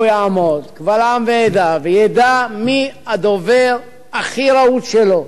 יעמוד קבל עם ועדה וידע מי הדובר הכי רהוט שלו.